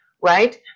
right